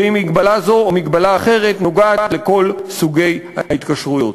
ואם מגבלה זו או מגבלה אחרת נוגעת לכל סוגי ההתקשרויות.